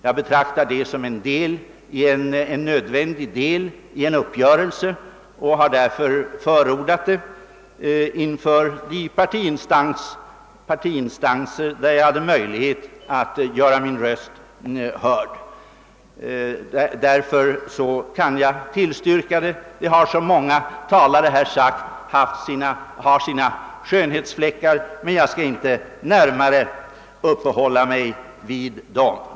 Jag betraktar detta som en nödvändig del i en uppgörelse och har därför förordat det inför de partiinstanser där jag haft möjlighet att göra min röst hörd. Därför kan jag tillstyrka förslaget. Det har, som många talare här har sagt, sina skönhetsfläckar, men jag skall inte närmare uppehålla mig vid dem.